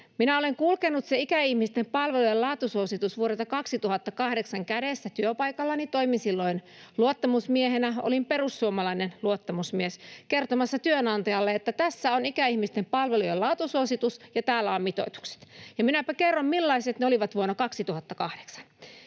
Minä olen kulkenut se ikäihmisten palvelujen laatusuositus vuodelta 2008 kädessä työpaikallani — toimin silloin luottamusmiehenä, olin perussuomalainen luottamusmies — kertomassa työnantajalle, että tässä on ikäihmisten palvelujen laatusuositus ja täällä on mitoitukset. Minäpä kerron, millaiset ne olivat vuonna 2008.